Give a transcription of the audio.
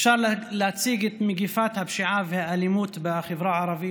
אפשר להציג את מגפת הפשיעה והאלימות בחברה הערבית